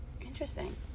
interesting